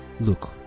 Look